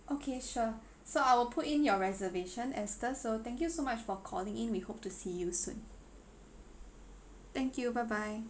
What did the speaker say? okay sure so I will put in your reservation esther so thank you so much for calling in we hope to see you soon thank you bye bye